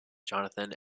jonathan